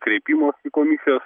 kreipimosi komisijos